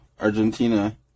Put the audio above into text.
Argentina